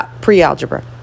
pre-algebra